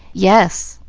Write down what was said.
yes.